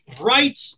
Right